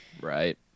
Right